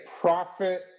profit